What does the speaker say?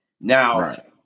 now